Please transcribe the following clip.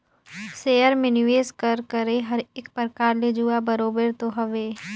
share में निवेस कर करई हर एक परकार ले जुआ बरोबेर तो हवे